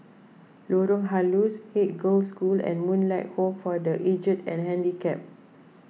Lorong Halus Haig Girls' School and Moonlight Home for the Aged and Handicapped